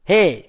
Hey